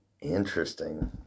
Interesting